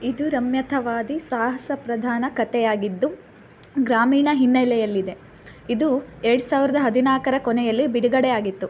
ಇದು ರಮ್ಯತಾವಾದಿ ಸಾಹಸ ಪ್ರಧಾನ ಕಥೆಯಾಗಿದ್ದು ಗ್ರಾಮೀಣ ಹಿನ್ನೆಲೆಯಲ್ಲಿದೆ ಇದು ಎರ್ಡು ಸಾವಿರ್ದ ಹದಿನಾಲ್ಕರ ಕೊನೆಯಲ್ಲಿ ಬಿಡುಗಡೆ ಆಗಿತ್ತು